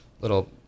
little